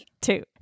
Two